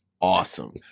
awesome